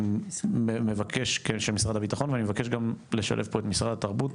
אני מבקש שמשרד הביטחון ואני מבקש גם לשלב פה את משרד התרבות,